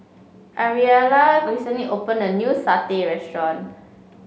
Ariella recently opened a new Satay restaurant